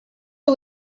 are